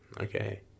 Okay